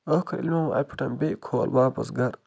ٲخٕر ییٚلہِ مےٚ وۄنۍ اَتھ پٮ۪ٹھ بیٚیہِ کھول واپَس گَرٕ